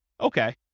Okay